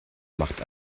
macht